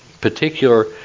particular